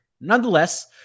Nonetheless